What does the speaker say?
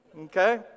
Okay